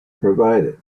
provided